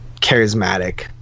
charismatic